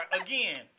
Again